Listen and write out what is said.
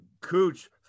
cooch